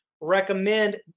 recommend